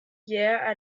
yeah